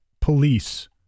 police